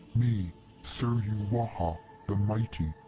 me suruwaha the mighty!